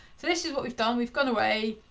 so this is what we've done, we've gone away,